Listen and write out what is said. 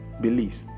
beliefs